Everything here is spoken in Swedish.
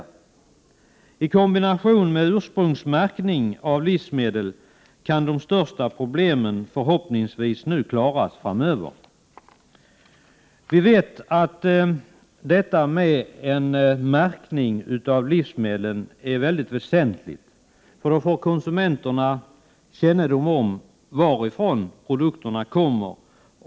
Om man kombinerar detta med ursprungsmärkning av livsmedel kan de största problemen förhoppningsvis klaras framöver. Vi vet att det är väsentligt med en märkning av livsmedlen. Då får konsumenterna kännedom om varifrån produkterna kommer.